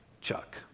Chuck